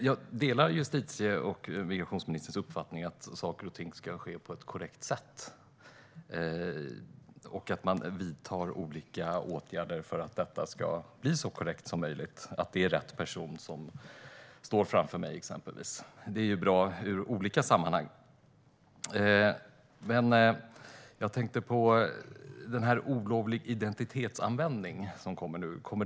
Jag delar justitie och migrationsministerns uppfattning att saker och ting ska ske på ett korrekt sätt och att man vidtar olika åtgärder för att det ska bli så korrekt som möjligt, att det exempelvis är rätt person som står framför mig. Det är bra i olika sammanhang. Jag tänkte på olovlig identitetsanvändning som nu kommer.